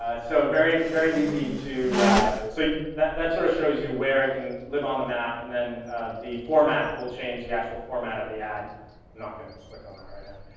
ah so very, very easy to so that that sort of shows you where it can live on the map and then the format will change, the actual format of the ad i'm not going to click on that right now